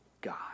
God